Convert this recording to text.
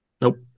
nope